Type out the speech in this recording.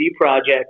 project